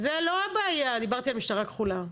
זה לא הבעיה, דיברתי על משטרה כחולה.